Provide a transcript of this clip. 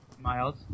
Miles